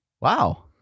Wow